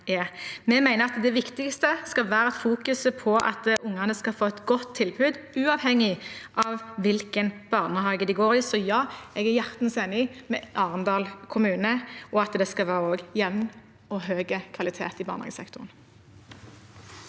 Vi mener at det viktigste skal være vektleggingen av at ungene skal få et godt tilbud, uavhengig av hvilken barnehage de går i. Så ja: Jeg er hjertens enig med Arendal kommune, og i at det skal være jevn og høy kvalitet i barnehagesektoren.